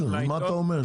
מה אתה אומר?